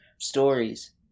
stories